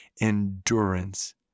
endurance